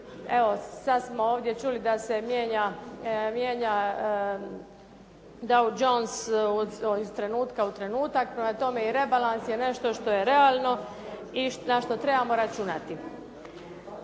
Evo sada smo ovdje čuli da se mijenja Dowen Johns iz trenutka u trenutak, prema tome i rebalans je nešto što je realno i na što možemo računati.